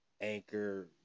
Anchor